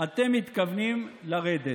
אתם מתכוונים לרדת?